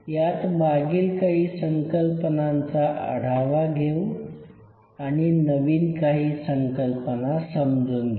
यात मागील काही संकल्पनांचा आढावा घेऊ आणि नवीन काही संकल्पना समजून घेऊ